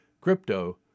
Crypto